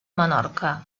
menorca